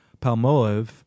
Palmoev